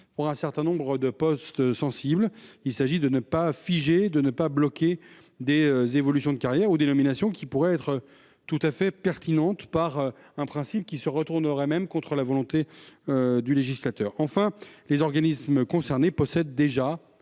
pour un certain nombre de postes sensibles. Il s'agit de ne pas bloquer des évolutions de carrière ou des nominations qui pourraient être tout à fait pertinentes, en vertu d'un principe qui se retournerait contre la volonté du législateur. Enfin, les organismes concernés possèdent déjà